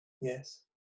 Yes